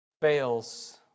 fails